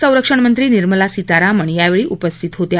संरक्षणमंत्री निर्मला सीतारामण यावेळी उपस्थित होत्या